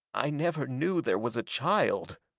i never knew there was a child